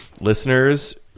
Listeners